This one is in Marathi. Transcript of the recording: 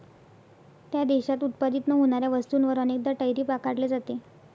त्या देशात उत्पादित न होणाऱ्या वस्तूंवर अनेकदा टैरिफ आकारले जाते